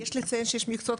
יש לציין שיש מקצועות,